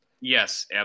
Yes